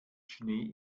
schnee